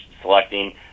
selecting